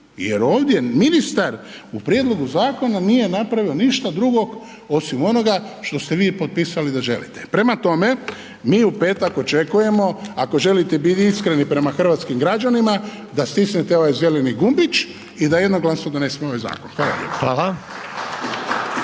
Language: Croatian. jer ovdje ministar u prijedlogu zakona nije napravio ništa drugo osim onoga što ste vi potpisali da želite. Prema tome, mi u petak očekujemo ako želite biti iskreni prema hrvatskim građanima da stisnete ovaj zeleni gumbić i da jednoglasno donesemo ovaj zakon. Hvala lijepo.